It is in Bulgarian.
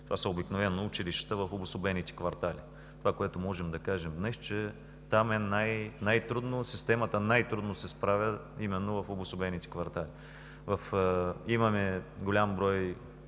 това са училищата в обособените квартали. Днес можем да кажем, че там е най-трудно, системата най-трудно се справя именно в обособените квартали. Имаме голям брой